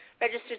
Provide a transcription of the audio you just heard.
registered